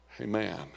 Amen